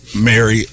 Mary